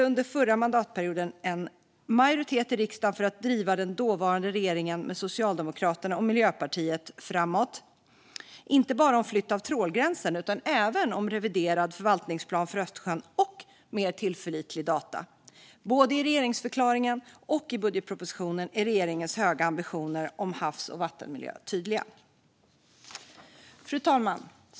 Under förra mandatperioden samlade vi en majoritet i riksdagen för att driva den dåvarande regeringen med Socialdemokraterna och Miljöpartiet framåt, inte bara för flytt av trålgränsen utan även för en reviderad förvaltningsplan för Östersjön och mer tillförlitliga data. Både i regeringsförklaringen och i budgetpropositionen är regeringens höga ambitioner om havs och vattenmiljö tydliga. Fru talman!